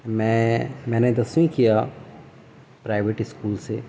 میں میں نے دسویں کیا پرائیویٹ اسکول سے